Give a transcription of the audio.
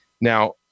Now